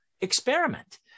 experiment